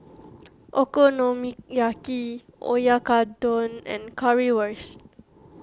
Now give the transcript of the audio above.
Okonomiyaki Oyakodon and Currywurst